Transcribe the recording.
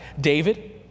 David